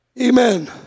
Amen